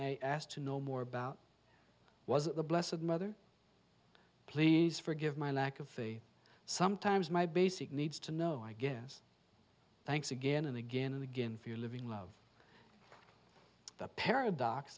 asked to know more about was the bless of mother please forgive my lack of the sometimes my basic needs to know i guess thanks again and again and again for you living love the paradox